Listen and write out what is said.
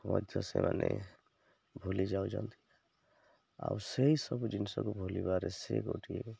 ମଧ୍ୟ ସେମାନେ ଭୁଲି ଯାଉଛନ୍ତି ଆଉ ସେଇ ସବୁ ଜିନିଷକୁ ଭୁଲିବାରେ ସେ ଗୋଟିଏ